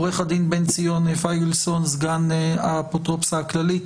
עורך הדין בן ציון פיגלסון סגן האפוטרופוס הכללית,